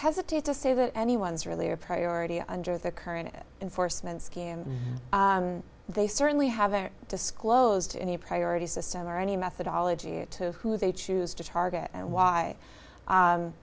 hesitate to say that anyone's really a priority under the current enforcement scheme and they certainly haven't disclosed any priority system or any methodology to who they choose to target and why